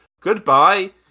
Goodbye